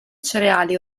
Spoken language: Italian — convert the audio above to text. cereali